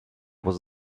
was